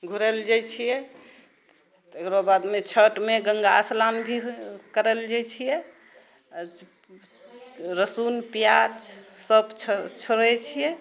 घुरए लऽ जाइ छिऐ तकरो बादमे छठमे गङ्गा स्लान भी हो करए लए जाइ छिऐ रसून प्याज सभ छोड़ छोड़ै छिऐ